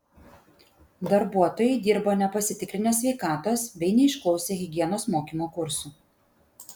darbuotojai dirbo nepasitikrinę sveikatos bei neišklausę higienos mokymo kursų